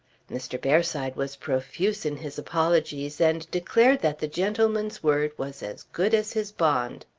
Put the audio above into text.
mr. bearside was profuse in his apologies and declared that the gentleman's word was as good as his bond.